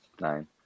Nine